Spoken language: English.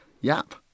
Yap